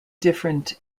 different